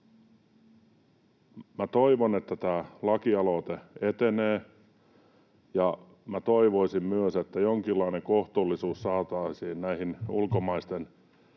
toivon, että tämä lakialoite etenee, ja minä toivoisin myös, että jonkinlainen kohtuullisuus saataisiin näihin ulkomaisten yritysten,